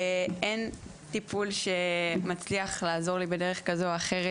אין טיפול שמצליח לעזור לי בדרך כזו או אחרת,